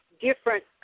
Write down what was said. different